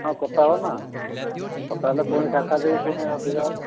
ହଁ କଟା ହେବ ନା କଟା ହେଲେ ପୁଣି ଶାଖା ଦେଇ ପୁଣି ଅଧିକା ହେବ